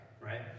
right